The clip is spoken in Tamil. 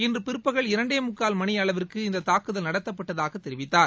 இன்று பிற்பகல் இரண்டே முக்கால் மணி அளவில் இந்தத் தாக்குதல் நடத்தப்பட்டதாகத் தெரிவித்தார்